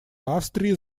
австрии